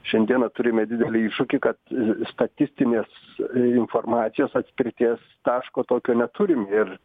šiandieną turime didelį iššūkį kad statistinės informacijos atspirties taško tokio neturim ir